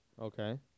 Okay